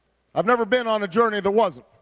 i've never been on a journey that wasn't.